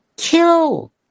Kill